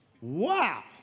wow